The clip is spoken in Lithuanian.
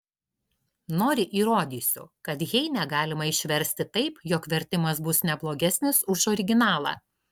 nori įrodysiu kad heinę galima išversti taip jog vertimas bus ne blogesnis už originalą